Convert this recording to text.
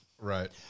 Right